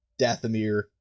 Dathomir